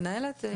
מנהלת?